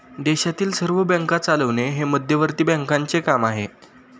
देशातील सर्व बँका चालवणे हे मध्यवर्ती बँकांचे काम आहे